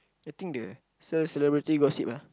I think the sell celebrity gossip ah